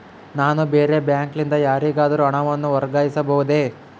ನಾನು ಬೇರೆ ಬ್ಯಾಂಕ್ ಲಿಂದ ಯಾರಿಗಾದರೂ ಹಣವನ್ನು ವರ್ಗಾಯಿಸಬಹುದೇ?